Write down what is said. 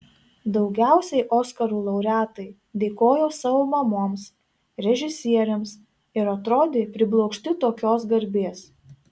daugiausiai oskarų laureatai dėkojo savo mamoms režisieriams ir atrodė priblokšti tokios garbės